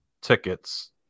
tickets